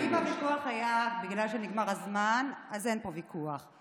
אז אם הוויכוח היה בגלל שנגמר הזמן, אין פה ויכוח.